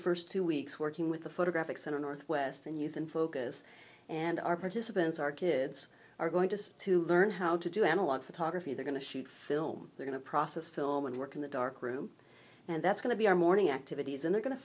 first two weeks working with the photographic center northwest and youth in focus and our participants our kids are going to to learn how to do analog photography they're going to shoot film they're going to process film and work in the dark room and that's going to be our morning activities and they're going to